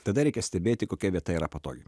tada reikia stebėti kokia vieta yra patogi